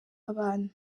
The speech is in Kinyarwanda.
abantu